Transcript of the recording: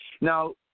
Now